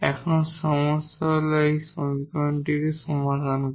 এখানে সমস্যা হল এই সমীকরণটি সমাধান করা